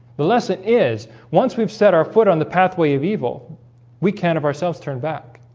the lesson is once we've set our foot on the pathway of evil we can of ourselves turn back